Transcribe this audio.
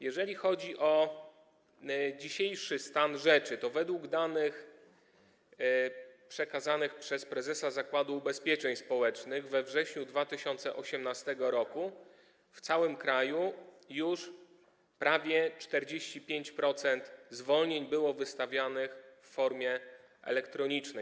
Jeżeli chodzi o dzisiejszy stan rzeczy, to według danych przekazanych przez prezesa Zakładu Ubezpieczeń Społecznych we wrześniu 2018 r. w całym kraju już prawie 45% zwolnień było wystawianych w formie elektronicznej.